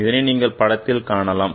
இதனை நீங்கள் படத்தில் காணலாம்